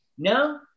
No